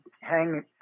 hang